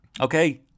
Okay